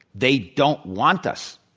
they don't want us.